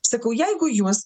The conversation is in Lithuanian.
sakau jeigu jūs